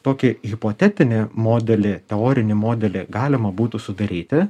tokį hipotetinį modelį teorinį modelį galima būtų sudaryti